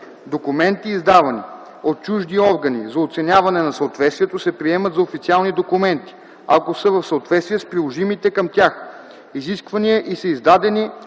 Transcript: Документи, издавани от чужди органи за оценяване на съответствието, се приемат за официални документи, ако са в съответствие с приложимите към тях изисквания и са издадени